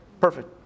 Perfect